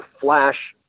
flash